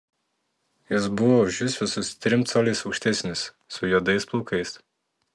jis buvo už jus visais trim coliais aukštesnis su juodais plaukais